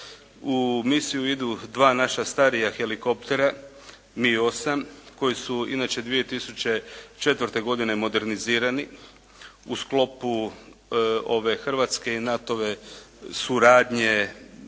U misiju idu dva naša starija helikoptera MI-8 koji su inače 2004. godine modernizirani u sklopu ove hrvatske i NATO-ove suradnje